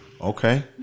Okay